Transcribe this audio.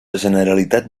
generalitat